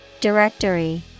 Directory